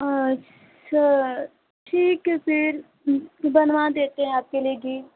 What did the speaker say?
अच्छा ठीक है फ़िर बनवा देते हैं आपके लिए घी